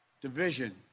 division